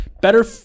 better